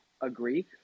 agree